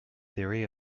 theory